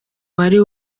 wari